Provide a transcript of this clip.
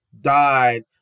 died